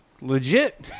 legit